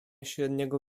średniego